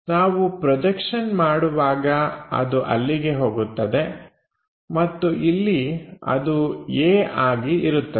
ನಾವು ಪ್ರೊಜೆಕ್ಷನ್ ಮಾಡುವಾಗ ಅದು ಅಲ್ಲಿಗೆ ಹೋಗುತ್ತದೆ ಮತ್ತು ಇಲ್ಲಿ ಅದು a ಆಗಿ ಇರುತ್ತದೆ